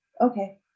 okay